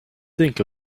think